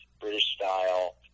British-style